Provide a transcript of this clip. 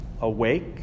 awake